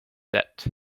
debt